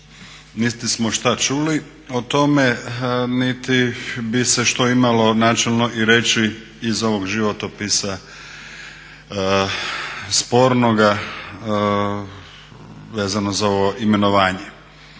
niti smo šta čuli o tome, niti bi se što imalo načelno i reći iz ovog životopisa spornoga vezano za ovo imenovanje.